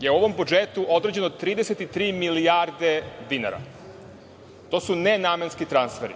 je ovim budžetom određeno 33 milijarde dinara. To su nenamenski transferi,